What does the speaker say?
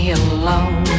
alone